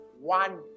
One